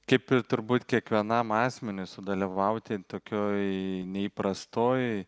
kaip ir turbūt kiekvienam asmeniui sudalyvauti tokioj neįprastoj